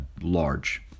large